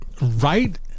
Right